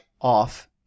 off